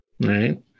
right